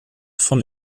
von